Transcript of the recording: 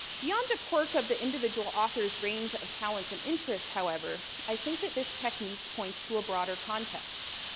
beyond a quirk of the individual author's range of talents and interests, however, i think that this technique points to a broader context.